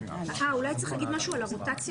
אולי צריך להגיד משהו על הרוטציה.